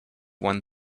one